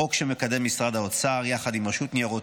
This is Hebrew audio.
החוק שמקדם משרד האוצר יחד עם רשות ניירות